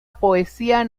poesía